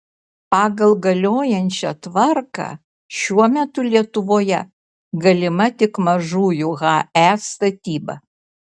pagal galiojančią tvarką šiuo metu lietuvoje galima tik mažųjų he statyba